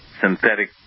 synthetic